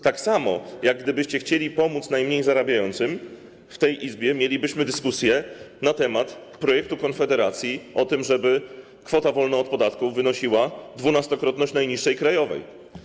Tak samo gdybyście chcieli pomóc najmniej zarabiającym, w tej Izbie mielibyśmy dyskusję na temat projektu Konfederacji o tym, żeby kwota wolna od podatku wynosiła 12-krotność najniższej krajowej.